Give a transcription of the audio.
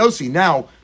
Now